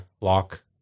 lock